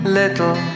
little